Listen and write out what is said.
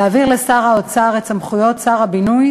להעביר לשר האוצר את סמכויות שר הבינוי